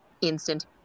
instant